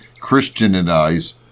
Christianize